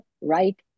right